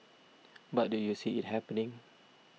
but do you see it happening